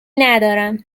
ندارم